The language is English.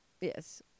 Yes